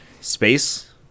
space